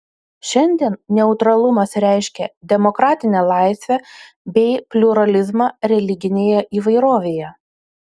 šiandien neutralumas reiškia demokratinę laisvę bei pliuralizmą religinėje įvairovėje